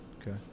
Okay